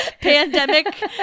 pandemic